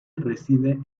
reside